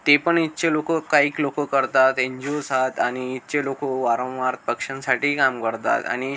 ते पण इथचे लोकं काहीक लोकं करतात एन जी ओसात आणि इथचे लोकं वारंवार पक्षांसाठी काम करतात आणि